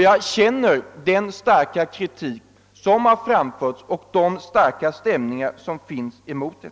jag känner till den starka kritik som har framförts och de starka stämningar som finns mot reformen.